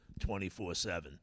24-7